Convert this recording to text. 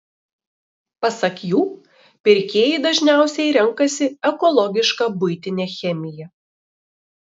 pasak jų pirkėjai dažniausiai renkasi ekologišką buitinę chemiją